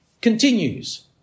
continues